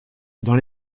dans